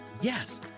Yes